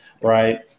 right